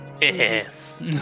Yes